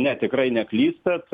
ne tikrai neklystat